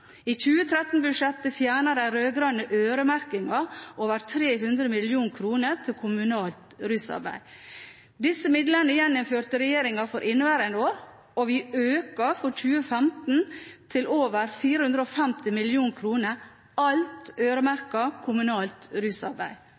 de rød-grønne øremerkingen av over 300 mill. kr til kommunalt rusarbeid. Disse midlene gjeninnførte regjeringen for inneværende år, og vi øker bevilgningen for 2015 til over 450 mill. kr, alt øremerket kommunalt rusarbeid.